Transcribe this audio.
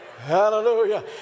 hallelujah